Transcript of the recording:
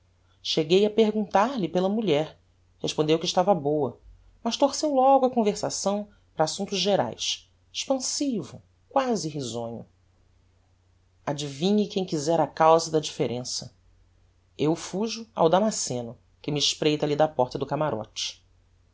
cheguei a perguntar-lhe pela mulher respondeu que estava boa mas torceu logo a conversação para assumptos geraes expansivo quasi risonho adivinhe quem quizera causa da differença eu fujo ao damasceno que me espreita alli da porta do camarote